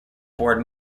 board